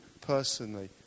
personally